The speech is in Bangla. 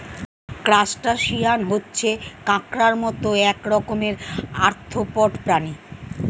ক্রাস্টাসিয়ান হচ্ছে কাঁকড়ার মত এক রকমের আর্থ্রোপড প্রাণী